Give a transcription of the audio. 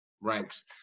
ranks